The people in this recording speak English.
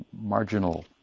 marginal